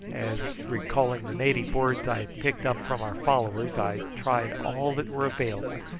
as, recalling the native words i had picked up from our followers, i tried all that were available,